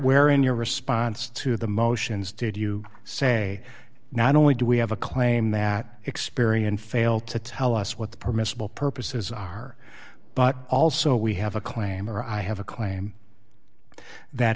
in your response to the motions did you say not only do we have a claim that experian fail to tell us what the permissible purposes are but also we have a clamor i have a claim that